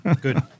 Good